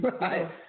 Right